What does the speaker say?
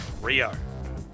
Rio